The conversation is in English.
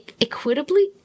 Equitably